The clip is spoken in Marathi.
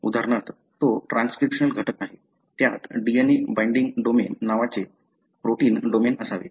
उदाहरणार्थ तो ट्रान्सक्रिप्शनल घटक आहे त्यात DNA बाइंडिंग डोमेन नावाचे प्रोटीन डोमेन असावे